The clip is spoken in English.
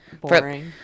boring